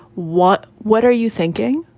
what what are you thinking?